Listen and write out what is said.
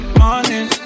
morning